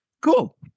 Cool